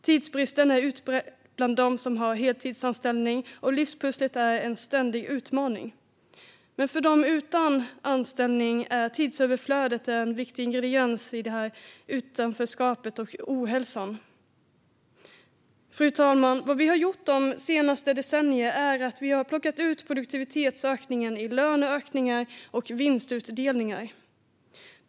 Tidsbristen är utbredd bland dem som har en heltidsanställning, och livspusslet är en ständig utmaning. För dem utan anställning är tidsöverflödet en viktig ingrediens i utanförskapet och ohälsan. Fru talman! Vad vi har gjort de senaste decennierna är att plocka ut produktivitetsökningen som löneökningar och vinstutdelningar.